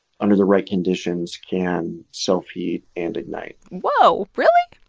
under the right conditions, can self-heat and ignite whoa. really?